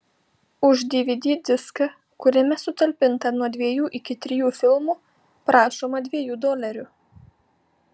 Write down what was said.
už dvd diską kuriame sutalpinta nuo dviejų iki trijų filmų prašoma dviejų dolerių